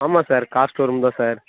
ஆமாம் sir car showroom தான் sir